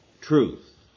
truth